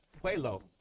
Pueblo